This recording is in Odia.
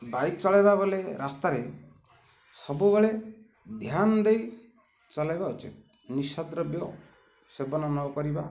ବାଇକ୍ ଚଳେଇବା ବଲେ ରାସ୍ତାରେ ସବୁବେଳେ ଧ୍ୟାନ ଦେଇ ଚଲେଇବା ଉଚିତ୍ ନିଶା ଦ୍ରବ୍ୟ ସେବନ ନକରିବା